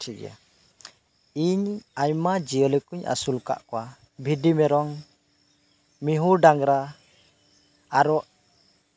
ᱤᱧ ᱟᱭᱢᱟ ᱡᱤᱭᱟᱹᱞᱤ ᱠᱩᱧ ᱟᱥᱩᱞᱟᱠᱟᱫ ᱠᱚᱣᱟ ᱵᱷᱤᱰᱤᱼᱢᱮᱨᱚᱢ ᱢᱤᱦᱩᱼᱰᱟᱝᱨᱟ ᱟᱨᱚ